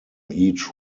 each